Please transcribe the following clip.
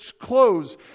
clothes